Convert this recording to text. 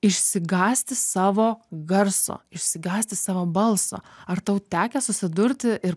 išsigąsti savo garso išsigąsti savo balso ar tau tekę susidurti ir